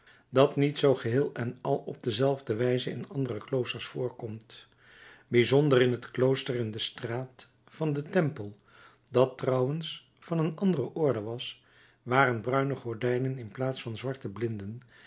dat niet zoo geheel en al en op dezelfde wijze in andere kloosters voorkomt bijzonder in het klooster in de straat van den temple dat trouwens van een andere orde was waren bruine gordijnen in plaats van zwarte blinden